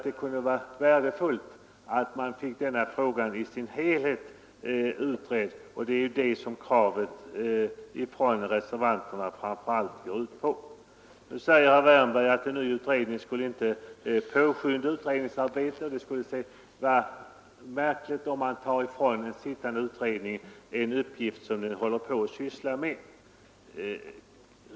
Det kunde vara värdefullt att få denna fråga utredd i dess helhet, och det är framför allt det som kravet från reservanterna går ut på. Nu säger herr Wärnberg att en ny utredning inte skulle påskynda frågans lösning och att det skulle vara märkligt om man tog ifrån en sittande utredning en uppgift som den sysslar med.